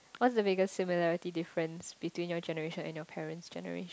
what's the biggest similarity difference between your generation and your parents generation